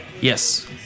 Yes